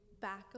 back